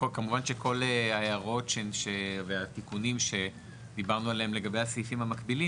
כמובן שכל ההערות והתיקונים שדיברנו עליהם לגבי הסעיפים המקבילים,